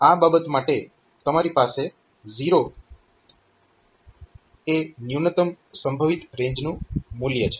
તો આ બાબત માટે તમારી પાસે 0 એ ન્યૂનતમ સંભવિત રેન્જનું મૂલ્ય છે